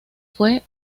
fue